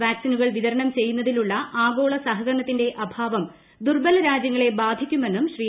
വാക്സിനുകൾ വിതരണം ചെയ്യുന്നതിലുള്ള ആഗോള സഹകരണത്തിന്റെ അഭാവം ദുർബല രാജ്യങ്ങളെ ബാധിക്കുമെന്നും ശ്രീ